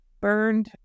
burned